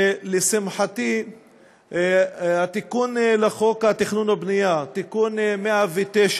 ולשמחתי התיקון לחוק התכנון והבנייה, תיקון 109,